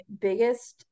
biggest